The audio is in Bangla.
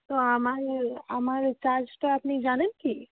তো আমার আমার এ কাজটা আপনি জানেন কি